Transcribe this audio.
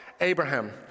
Abraham